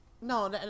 No